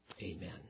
Amen